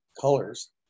colors